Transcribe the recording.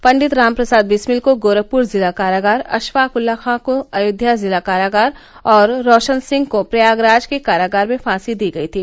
पंडित रामप्रसाद विस्मिल को गोरखपुर जिला कारागार अशफाक उल्ला खां को अयोध्या जिला कारागार और रोशन सिंह को प्रयागराज के कारागार में फांसी दी गयी थी